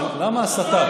למה הסתה?